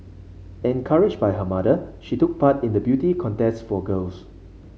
encouraged by her mother she took part in the beauty contests for girls